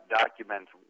documents